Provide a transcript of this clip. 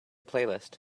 playlist